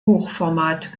hochformat